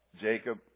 Jacob